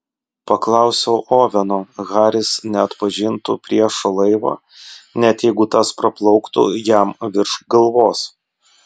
paklausiau oveno haris neatpažintų priešo laivo net jeigu tas praplauktų jam virš galvos